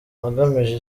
agamije